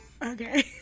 Okay